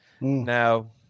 Now